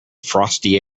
frosty